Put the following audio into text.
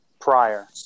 prior